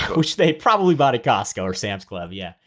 which they probably bought at costco or sam's club. yeah,